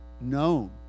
known